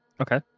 Okay